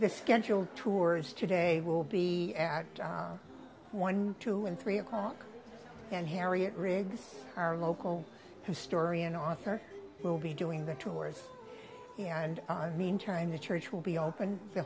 this scheduled tours today will be at one two and three o'clock and harriet riggs our local historian author will be doing the tours and i mean china church will be open the